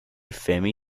fermi